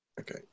Okay